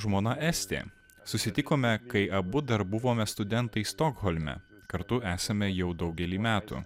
žmona estė susitikome kai abu dar buvome studentai stokholme kartu esame jau daugelį metų